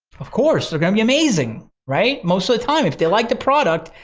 of course, they're gonna be amazing, right? most of the time, if they like the product,